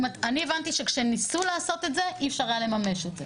אני הבנתי שכשניסו לעשות את זה אי אפשר היה לממש את זה.